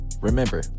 Remember